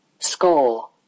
Score